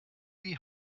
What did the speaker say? die